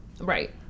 Right